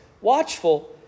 watchful